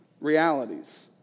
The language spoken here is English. realities